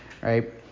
right